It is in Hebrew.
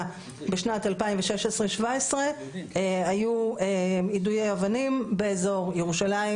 בשנת 2016-17 היו יידויי אבנים באזור ירושלים